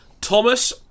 Thomas